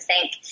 thank